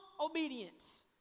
obedience